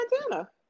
Montana